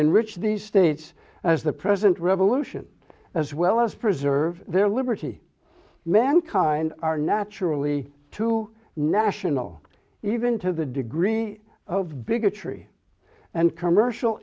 enrich the states as the present revolution as well as preserve their liberty mankind are naturally to national even to the degree of bigotry and commercial